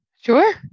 Sure